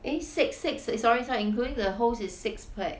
eh six six eh sorry sorry including the host is six person